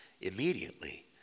Immediately